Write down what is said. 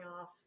off